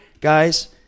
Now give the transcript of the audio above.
guys